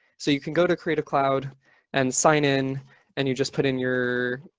so you can go to create a cloud and sign in and you just put in your